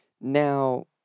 Now